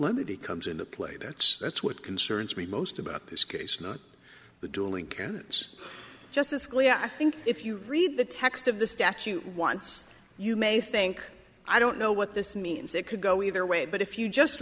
beauty comes into play that's that's what concerns me most about this case not the dueling candidates justice scalia i think if you read the text of the statute once you may think i don't know what this means it could go either way but if you just